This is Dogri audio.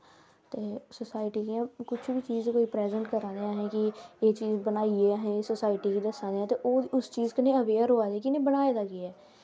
ते सोसाईटी गी जां कुछ बी चीज़ कोई प्रिज़ैंट करा ने आं अस की एह् चीज़ बनाईयै असैं सोसाईटी गी दस्सां दे आं ते ओह् उस चीज़ कन्नै अवेयर होआ दे ऐं कि इनैं बनाए दा केह् ऐ